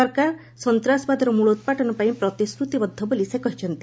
ସରକାର ସନ୍ତାସବାଦର ମୂଳୋତ୍ପାଟନ ପାଇଁ ପ୍ରତିଶ୍ରତିବଦ୍ଧ ବୋଲି ସେ କହିଛନ୍ତି